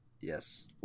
Yes